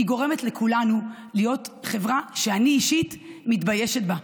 היא גורמת לכולנו להיות חברה שאני אישית מתביישת בה.